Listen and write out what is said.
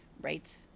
Right